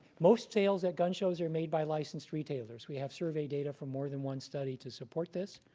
most sales at gun shows are made by licensed retailers. we have survey data from more than one study to support this.